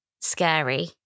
scary